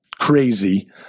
crazy